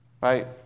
right